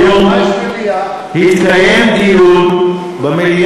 היום התקיים דיון, למה יש מליאה?